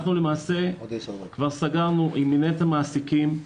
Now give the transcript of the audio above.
סגרנו עם מנהלת המעסיקים,